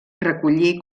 recollir